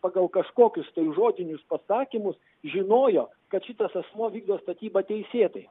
pagal kažkokius tai žodinius pasakymus žinojo kad šitas asmuo vykdo statybą teisėtai